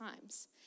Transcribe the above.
times